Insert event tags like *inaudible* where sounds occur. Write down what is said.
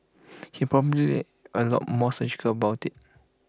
*noise* he's probably A lot more surgical about IT